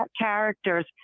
characters